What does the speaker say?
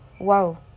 Wow